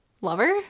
lover